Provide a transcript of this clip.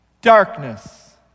darkness